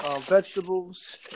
vegetables